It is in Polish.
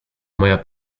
moja